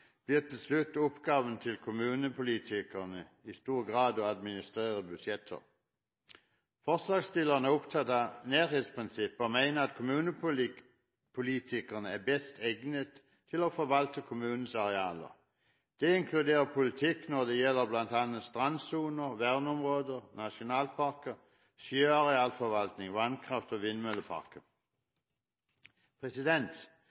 de fleste kommunale vedtak tilsidesatt med henvisning til innsigelsesretten, blir til slutt oppgavene til kommunepolitikerne i stor grad å administrere budsjetter. Forslagsstillerne er opptatt av nærhetsprinsippet, og mener at kommunepolitikerne er best egnet til å forvalte kommunens arealer. Det inkluderer politikk når det gjelder bl.a. strandsonen, verneområder, nasjonalparker, sjøarealforvaltning, vannkraft og